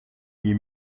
iyi